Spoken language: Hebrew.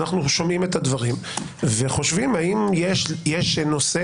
אנחנו שומעים את הדברים וחושבים האם יש נושא